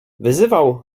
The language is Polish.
wyzywał